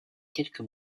quelques